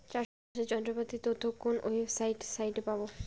চাষের যন্ত্রপাতির তথ্য কোন ওয়েবসাইট সাইটে পাব?